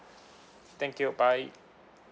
thank you bye